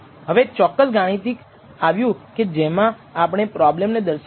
હવે ચોક્કસ ગાણિતિક આવ્યું કે જેમાં આપણે પ્રોબ્લેમને દર્શાવીએ